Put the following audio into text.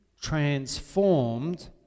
transformed